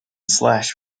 slash